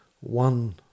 one